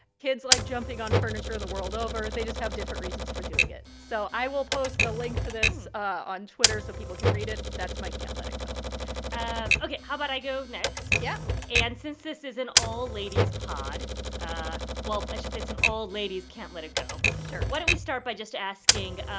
kids like jumping on furniture of the world over. they just have different reasons for doing it. so i will post a link to this on twitter so people can read it. that's my can't let it go and ok. how about i go next? yeah and since this is an all-ladies pod ah well, i should say it's an all-ladies can't let it go. sure. why don't we start by just asking,